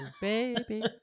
baby